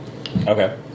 Okay